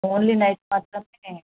only night మాత్రమే